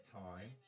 time